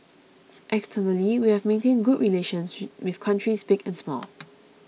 externally we have maintained good relations she with countries big and small